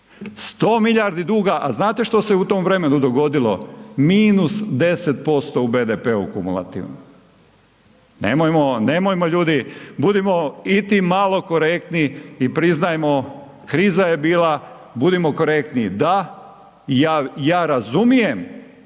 100 milijardi duga, a znate što se u tom vremenu dogodilo, minus 10% u BDP-u kumulativno. Nemojmo, nemojmo ljudi budimo iti malo korektni i priznajmo kriza je bila, budimo korektni da, ja razumijem,